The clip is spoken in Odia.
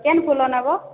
କେନ୍ ଫୁଲ ନେବ